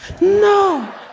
no